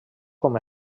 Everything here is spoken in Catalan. com